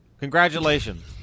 Congratulations